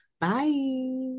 Bye